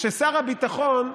ששר הביטחון,